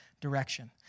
direction